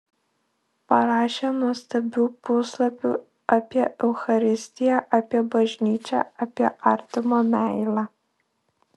parašė nuostabių puslapių apie eucharistiją apie bažnyčią apie artimo meilę